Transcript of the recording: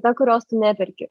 ta kurios tu neperki